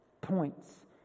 points